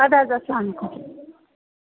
اَدٕ حظ اسلام علیکُم